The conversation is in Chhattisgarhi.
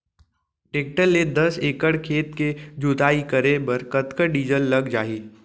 टेकटर ले दस एकड़ खेत के जुताई करे बर कतका डीजल लग जाही?